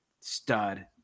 stud